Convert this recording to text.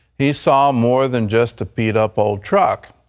he saw more than just a beat-up old truck.